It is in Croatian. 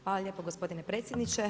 Hvala lijepo gospodine predsjedniče.